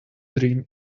dream